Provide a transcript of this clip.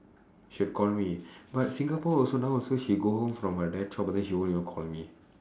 she'll call me but singapore also now also she go home from her dad's shop then she won't even call me